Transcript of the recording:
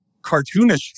cartoonish